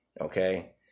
Okay